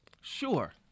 Sure